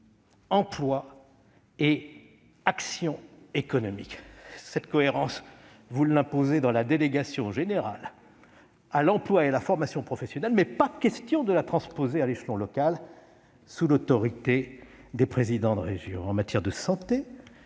emploi et action économique. Cette cohérence, vous l'instaurez pour la Délégation générale à l'emploi et à la formation professionnelle, mais pas question de la transposer à l'échelon local, sous l'autorité des présidents de région ! Dans le secteur